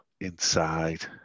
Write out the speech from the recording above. inside